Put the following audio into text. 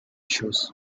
issues